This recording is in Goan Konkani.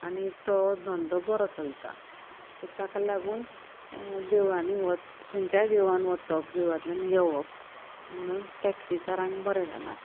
आनी तो धंदो बोरो चलता सो ताका लागून देवळांनी वच खंयच्या देवळांनी वचप देवळांतल्यान येवप म्हुणून टॅक्सीकारांक बरें जालां